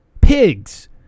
Pigs